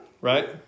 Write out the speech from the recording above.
right